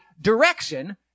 direction